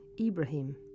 Ibrahim